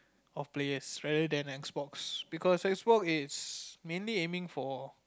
of players rather than X-box because X-box is mainly aiming for